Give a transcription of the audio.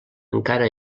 encara